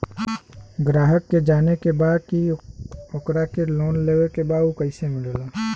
ग्राहक के ई जाने के बा की ओकरा के लोन लेवे के बा ऊ कैसे मिलेला?